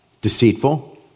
deceitful